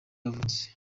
yavutse